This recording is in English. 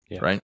right